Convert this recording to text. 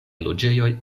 loĝejoj